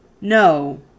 No